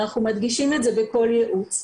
אנחנו מדגישים את זה בכל ייעוץ.